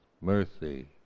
mercy